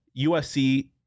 USC